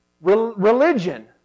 Religion